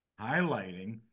highlighting